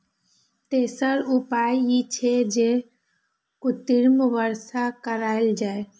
तेसर उपाय ई छै, जे कृत्रिम वर्षा कराएल जाए